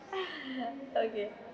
okay